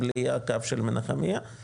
בלי הקו של מנחמיה,